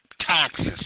taxes